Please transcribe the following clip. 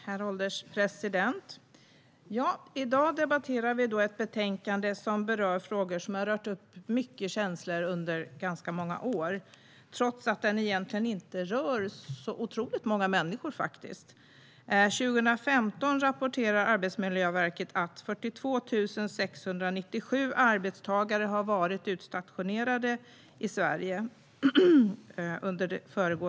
Herr ålderspresident! I dag debatterar vi ett betänkande som berör frågor som har rört upp mycket känslor under ganska många år, trots att det egentligen inte rör så otroligt många människor. Arbetsmiljöverket rapporterar att 42 697 arbetstagare var utstationerade i Sverige under år 2015.